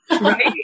Right